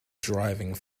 driving